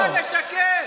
למה לשקר?